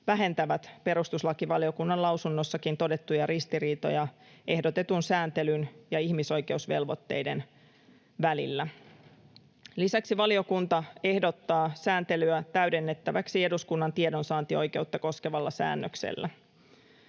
vähentävät perustuslakivaliokunnan lausunnossakin todettuja ristiriitoja ehdotetun sääntelyn ja ihmisoikeusvelvoitteiden välillä. Lisäksi valiokunta ehdottaa sääntelyä täydennettäväksi eduskunnan tiedonsaantioikeutta koskevalla säännöksellä.